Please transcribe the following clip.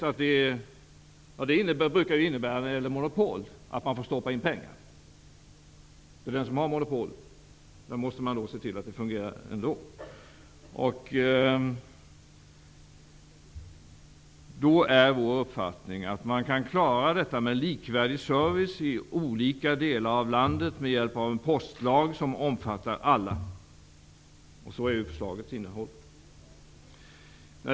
När man har monopol innebär det att man får stoppa in pengar -- man måste ju se till att det fungerar under alla förhållanden. Vår uppfattning är att man kan klara likvärdig service i olika delar av landet med hjälp av en postlag som omfattar alla. Så är förslagets innehåll.